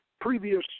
previous